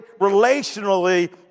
relationally